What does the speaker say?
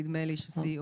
נדמה לי שסייעו.